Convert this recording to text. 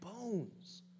bones